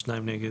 1 נגד,